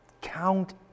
Count